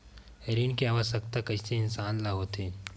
ऋण के आवश्कता कइसे इंसान ला होथे?